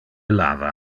lava